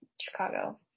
Chicago